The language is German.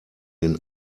den